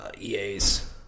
EA's